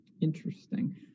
interesting